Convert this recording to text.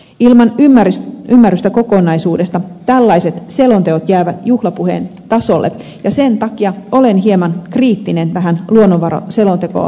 ilman ymmärrystä kokonaisuudesta tällaiset selonteot jäävät juhlapuheen tasolle ja sen takia olen hieman kriittinen tätä luonnonvaraselontekoa kohtaan